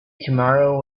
tomorrow